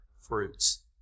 fruits